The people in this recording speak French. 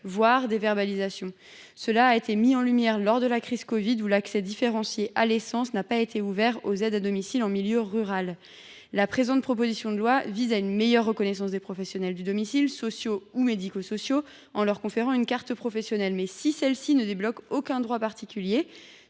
voire des verbalisations. De même, lors de la crise du covid 19, l’accès différencié à l’essence n’a pas été ouvert aux aides à domicile en milieu rural. Cette proposition de loi tend à assurer une meilleure reconnaissance des professionnels du domicile, sociaux ou médico sociaux, en leur conférant une carte professionnelle. Mais si cette mesure n’est assortie d’aucun droit particulier,